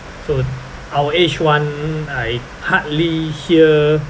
so our age [one] I hardly hear